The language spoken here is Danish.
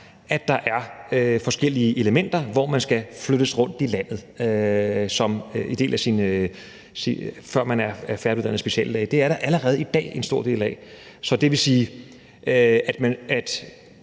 der er forskellige elementer, bliver flyttet rundt i landet, før man er færdiguddannet speciallæge. Det er der allerede i dag en stor del af. Det er nogle